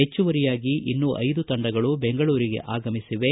ಹೆಚ್ಚುವರಿಯಾಗಿ ಇನ್ನೂ ಐದು ತಂಡಗಳು ಬೆಂಗಳೂರಿಗೆ ಆಗಮಿಸಿವೆ